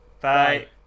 Bye